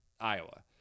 Iowa